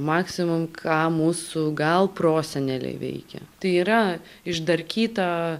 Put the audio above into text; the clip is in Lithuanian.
maksimum ką mūsų gal proseneliai veikė tai yra išdarkyta